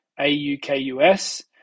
AUKUS